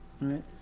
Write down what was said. right